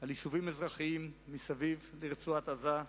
על יישובים אזרחיים מסביב לרצועת-עזה.